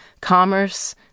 commerce